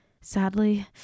Sadly